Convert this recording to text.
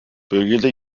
bölgede